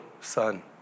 son